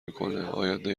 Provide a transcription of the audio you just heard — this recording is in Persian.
میکنه، آینده